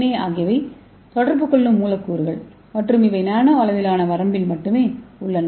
ஏ ஆகியவை தொடர்பு கொள்ளும் மூலக்கூறுகள் மற்றும் இவை நானோ அளவிலான வரம்பில் மட்டுமே உள்ளன